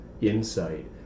insight